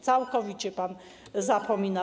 Całkowicie pan zapomina.